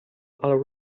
our